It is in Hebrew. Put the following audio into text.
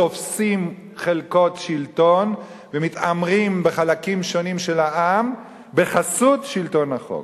תופסים חלקות שלטון ומתעמרים בחלקים שונים של העם בחסות שלטון החוק.